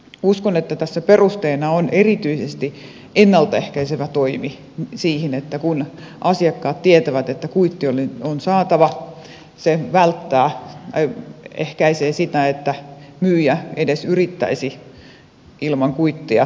uskon että tässä perusteena on erityisesti ennalta ehkäisevä toimi siihen että kun asiakkaat tietävät että kuitti on saatava se ehkäisee sitä että myyjä edes yrittäisi ilman kuittia kauppaa tehdä